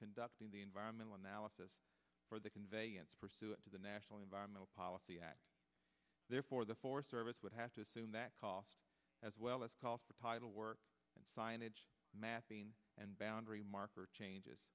conducting the environmental analysis for the conveyance pursuant to the national environmental policy act therefore the forest service would have to assume that cost as well as call for title work signage mapping and boundary marker changes